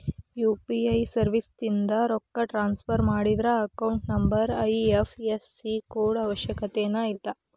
UPI ಸರ್ವಿಸ್ಯಿಂದ ರೊಕ್ಕ transfer ಮಾಡಿದ್ರ ಅಕೌಂಟ್ ನಂಬರ್ ಐ.ಎಫ್.ಎಸ್.ಸಿ ಕೋಡ್ ಅವಶ್ಯಕತೆನ ಇಲ್ಲ